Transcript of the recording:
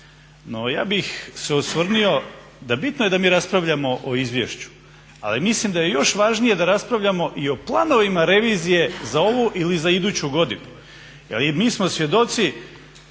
No, ja bih se osvrnuo da je bitno da mi raspravljamo o izvješću, ali mislim da je još važnije da raspravljamo i o planovima revizije za ovu ili za iduću godinu, jer i mi smo svjedoci